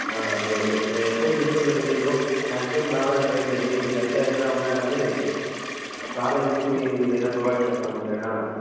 ఎక్కువ తీసుకోద్దండి లీవ్లు మ్యాగ్జిమమ్ రావడానికి ట్రై చేయండి మీకెట్ల అన్నా ఉన్నా కానీ కాలేజ్ నుంచి మీకేదన్న ప్రొవైడ్ చేస్తాము సరేనా